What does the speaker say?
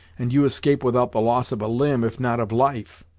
and you escape without the loss of a limb, if not of life!